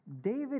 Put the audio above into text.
David